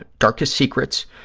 ah darkest secrets.